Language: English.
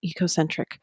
ecocentric